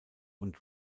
und